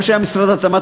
מה שהיה משרד התמ"ת,